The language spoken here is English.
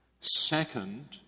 Second